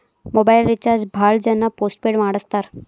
mobile recharge ಭಾಳ್ ಜನ postpaid ಮಾಡಸ್ತಾರ